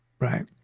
Right